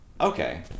Okay